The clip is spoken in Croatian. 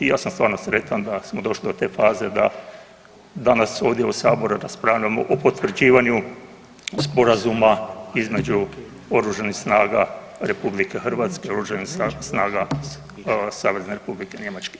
I ja sam stvarno sretan da smo došli do te faze da danas ovdje u Saboru raspravljamo o potvrđivanju Sporazuma između Oružanih snaga Republike Hrvatske i Oružanih snaga Savezne Republike Njemačke.